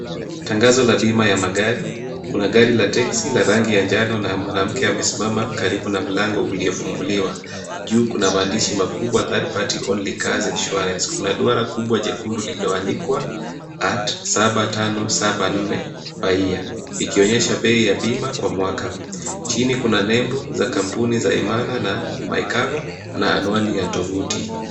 Tangazo la bima ya magari. Kuna gari ya teksi la rangi ya njano na mwanamke amesimama karibu na mlango uliofunguliwa. Juu kuna maandishi makubwa Third party only cars insurance . Kuna duara kubwa jekundu lililoandikwa at saba tano saba nne per year likionyesha bei ya bima kwa mwaka. Chini kuna nembo za kampuni za Imana na My cover na anwani ya tovuti.